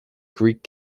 greek